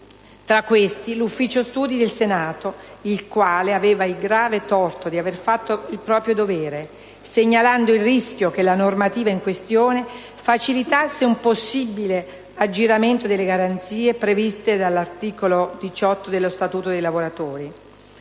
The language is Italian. Tra questi, il Servizio studi del Senato, il quale aveva il grave torto di avere fatto il proprio dovere, segnalando il rischio che la normativa in questione facilitasse un possibile aggiramento delle garanzie previste dall'articolo 18 dello Statuto dei lavoratori.